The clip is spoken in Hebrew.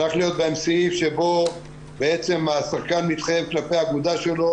צריך להיות בהם סעיף שבו השחקן מתחייב כלפי האגודה שלו